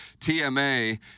TMA